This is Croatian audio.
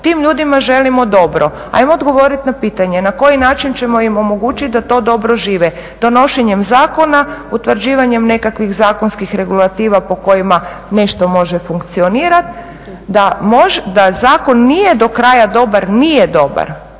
tim ljudima želimo dobro. Ajmo odgovoriti na pitanje na koji način ćemo im omogućiti da to dobro žive? Donošenjem zakona, utvrđivanjem nekakvih zakonskih regulativa po kojima nešto može funkcionirati? Da zakon nije do kraja dobar, nije dobar.